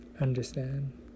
Understand